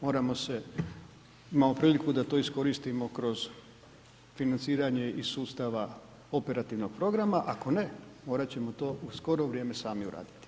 Moramo se, imamo priliku da to iskoristimo kroz financiranje iz sustava operativnog programa, ako ne, morati ćemo to u skoro vrijeme sami uraditi.